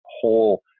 whole